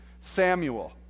Samuel